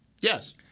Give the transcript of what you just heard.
Yes